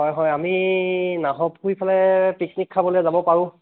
হয় হয় আমি নাহৰপুুখুৰি ফালে পিকনিক খাবলৈ যাব পাৰোঁ